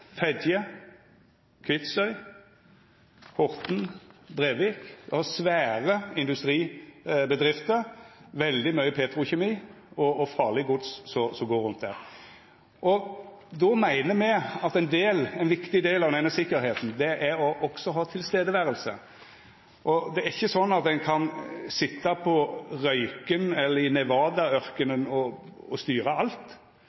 Vardø, Fedje, Kvitsøy, Horten, Brevik. Du har svære industribedrifter, og det er veldig mykje petrokjemi og farleg gods som går rundt der. Då meiner me at ein viktig del av denne sikkerheita også er å ha nærvær. Ein kan ikkje sitja på Røyken eller i Nevada-ørkenen og styra alt.